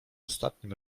ostatnim